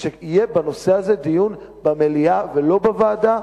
שיהיה בנושא הזה דיון במליאה ולא בוועדה,